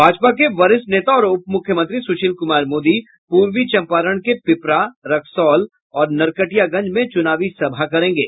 भाजपा के वरिष्ठ नेता और उप मुख्यमंत्री सुशील कुमार मोदी पूर्वी चंपारण के पिपरा रक्सौल और नरकटियागंज में चुनावी सभा करेंगे